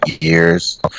years